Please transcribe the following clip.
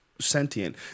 Sentient